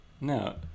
No